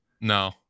No